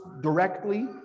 directly